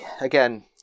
again